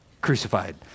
crucified